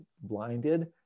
blinded